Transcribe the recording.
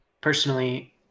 Personally